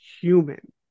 human